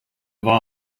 war